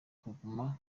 kuguma